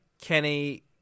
Kenny